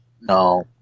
No